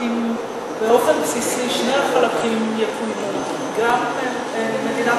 באופן בסיסי שני החלקים יקוימו: גם מדינת